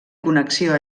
connexió